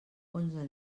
onze